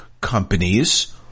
companies